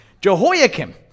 Jehoiakim